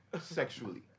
sexually